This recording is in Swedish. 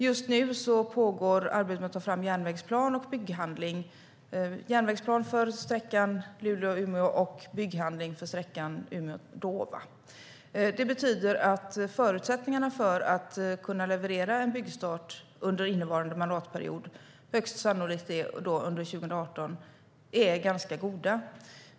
Just nu pågår arbetet med att ta fram en järnvägsplan och en bygghandling, järnvägsplan för sträckan Luleå-Umeå och bygghandling för sträckan Umeå-Dåva. Det betyder att förutsättningarna är ganska goda för byggstart under innevarande mandatperiod, högst sannolikt under 2018.